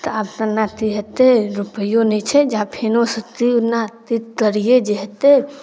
तऽ आब हमरा कि हेतै रुपैओ नहि छै जे आब फेनोसँ जे कोना कि करिए जे हेतै